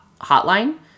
hotline